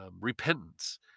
repentance